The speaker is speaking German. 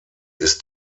ist